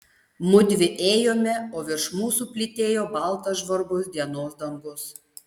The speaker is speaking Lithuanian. mudvi ėjome o virš mūsų plytėjo baltas žvarbus dienos dangus